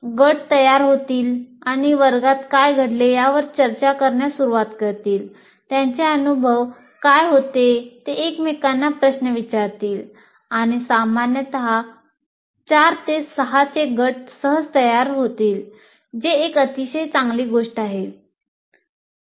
गट तयार होतील आणि वर्गात काय घडले यावर चर्चा करण्यास सुरवात करतील त्यांचे अनुभव काय होते ते एकमेकांना प्रश्न विचारतील आणि सामान्यत 4 6 चे गट सहज तयार होतात जे एक अतिशय चांगली गोष्ट आहे